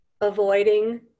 avoiding